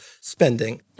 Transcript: spending